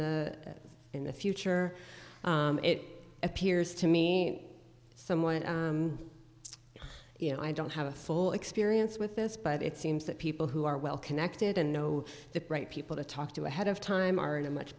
the in the future it appears to me someone you know i don't have a full experience with this but it seems that people who are well connected and know the right people to talk to ahead of time are in a much